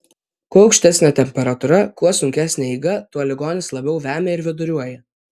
kuo aukštesnė temperatūra kuo sunkesnė eiga tuo ligonis labiau vemia ir viduriuoja